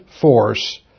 force